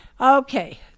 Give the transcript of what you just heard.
Okay